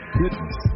goodness